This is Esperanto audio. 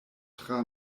tra